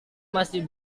masih